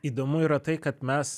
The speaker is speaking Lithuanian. įdomu yra tai kad mes